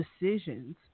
decisions